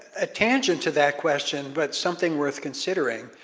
a tangent to that question but something worth considering,